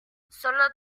solo